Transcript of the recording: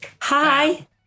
Hi